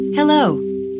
Hello